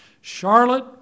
Charlotte